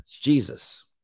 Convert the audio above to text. Jesus